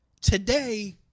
Today